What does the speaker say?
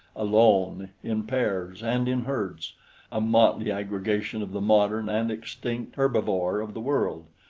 alone, in pairs and in herds a motley aggregation of the modern and extinct herbivora of the world.